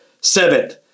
Seventh